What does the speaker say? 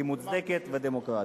היא מוצדקת ודמוקרטית.